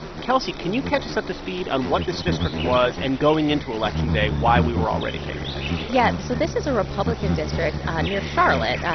kelsey, can you catch us up to speed on what this district was and, going into election day, why we were already paying attention to it? yeah. so this is a republican district near charlotte,